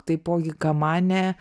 taipogi kamanė